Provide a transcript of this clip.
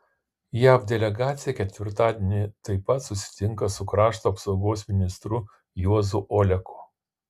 jav delegacija ketvirtadienį taip pat susitinka su krašto apsaugos ministru juozu oleku